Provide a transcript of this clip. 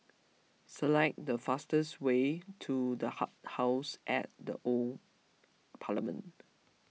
select the fastest way to the House at the Old Parliament